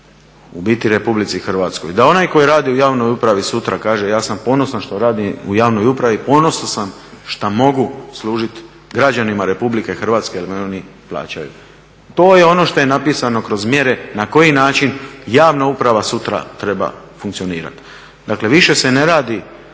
u biti Republici Hrvatskoj, da onaj koji radi u javnoj upravi sutra kaže ja sam ponosan što radim u javnoj upravi, ponosan sam što mogu služiti građanima Republike Hrvatske jer me oni plaćaju. To je ono što je napisano kroz mjere na koji način javna uprava sutra treba funkcionirati. Dakle, više se ne radi